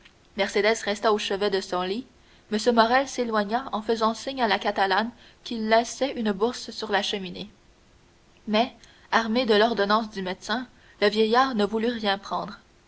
peur mercédès resta au chevet de son lit m morrel s'éloigna en faisant signe à la catalane qu'il laissait une bourse sur la chemin mais armé de l'ordonnance du médecin le vieillard ne voulut rien prendre